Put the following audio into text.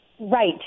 Right